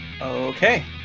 Okay